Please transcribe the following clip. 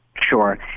Sure